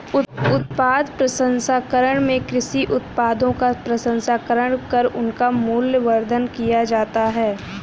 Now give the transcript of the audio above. उत्पाद प्रसंस्करण में कृषि उत्पादों का प्रसंस्करण कर उनका मूल्यवर्धन किया जाता है